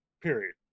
Period